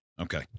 Okay